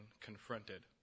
confronted